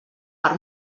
per